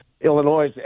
Illinois